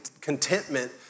contentment